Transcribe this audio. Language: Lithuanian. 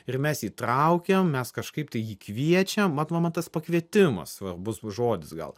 ir mes įtraukiam mes kažkaip tai jį kviečiam mat man va tas pakvietimas svarbus žodis gal